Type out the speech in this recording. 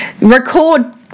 record